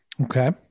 Okay